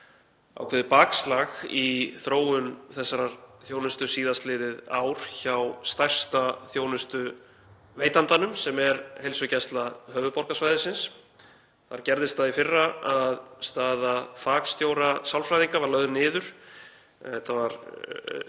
ákveðið bakslag í þróun þessarar þjónustu síðastliðið ár hjá stærsta þjónustuveitandanum, sem er Heilsugæsla höfuðborgarsvæðisins. Þar gerðist það í fyrra að staða fagstjóra sálfræðinga var lögð niður en